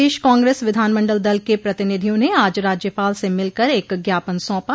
प्रदेश कांग्रेस विधानमंडल दल के प्रतिनिधियों ने आज राज्यपाल से मिलकर एक ज्ञापन सौंपा